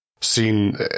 seen